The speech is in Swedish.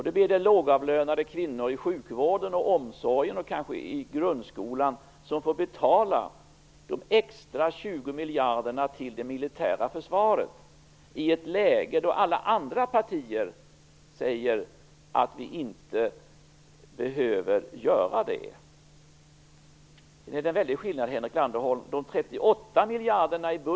Då blir det lågavlönade kvinnor i sjukvården, omsorgen och kanske i grundskolan som får betala de extra 20 miljarderna till det militära försvaret, i ett läge där alla andra partier säger att vi inte behöver göra denna satsning. Det är en väldig skillnad, Henrik Landerholm.